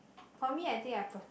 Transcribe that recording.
for me I think I pro~